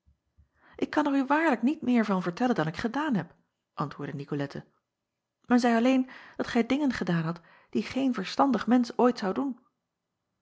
k kan er u waarlijk niet meer van vertellen dan ik gedaan heb antwoordde icolette men zeî alleen dat gij dingen gedaan hadt die geen verstandig mensch ooit zou doen